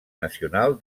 nacional